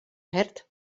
hert